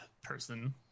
person